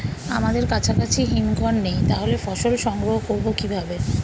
আমাদের কাছাকাছি হিমঘর নেই তাহলে ফসল সংগ্রহ করবো কিভাবে?